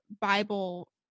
Bible